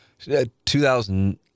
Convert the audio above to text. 2000